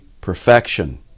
perfection